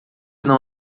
não